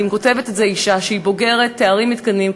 אם כותבת את זה אישה שהיא בוגרת תארים מתקדמים,